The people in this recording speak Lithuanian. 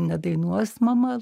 nedainuos mama